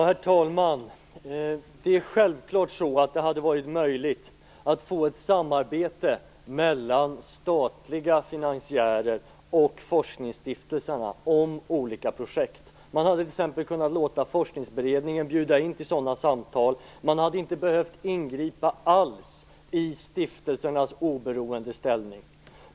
Herr talman! Självfallet hade det varit möjligt att få ett samarbete mellan statliga finansiärer och forskningsstiftelserna om olika projekt. Man hade t.ex. kunnat låta Forskningsberedningen bjuda in till sådana samtal. Man hade inte behövt ingripa alls i stiftelsernas oberoende ställning.